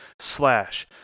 slash